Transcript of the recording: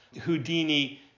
Houdini